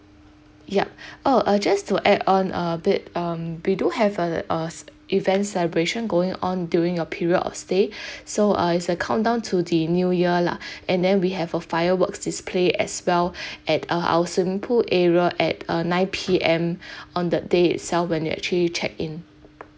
yup oh uh just to add on uh a bit um we do have a uh s~ event celebration going on doing your period of stay so uh it's a countdown to the new year lah and then we have a fireworks display as well at uh our swimming pool area at uh nine P_M on the day itself when you actually check in